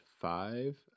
five